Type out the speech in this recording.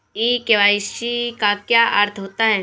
ई KYC का क्या अर्थ होता है?